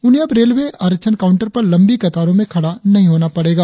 उन्हें अब रेलवें आरक्षण काउंटर पर लंबी कतारों में खड़ा नहीं होना एडेगा